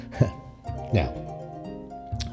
Now